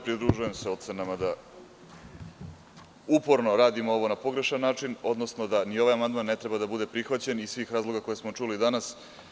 Pridružujem se ocenama da uporno radimo ovo na pogrešan način, odnosno da ni ovaj amandman ne treba da bude prihvaćen iz svih razloga koje smo čuli danas.